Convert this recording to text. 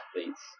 athletes